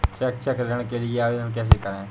शैक्षिक ऋण के लिए आवेदन कैसे करें?